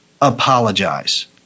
apologize